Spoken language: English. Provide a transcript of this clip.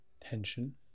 tension